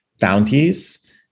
bounties